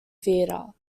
theater